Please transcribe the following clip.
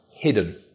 hidden